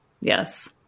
Yes